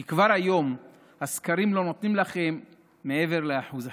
כי כבר היום הסקרים לא נותנים לכם מעבר לאחוז החסימה.